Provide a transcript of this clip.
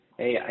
Hey